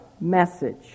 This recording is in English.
message